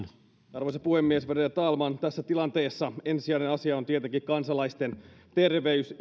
arvoisa puhemies värderade talman tässä tilanteessa ensisijainen asia on tietenkin kansalaisten terveys